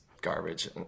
garbage